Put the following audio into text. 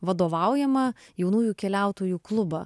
vadovaujamą jaunųjų keliautojų klubą